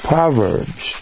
Proverbs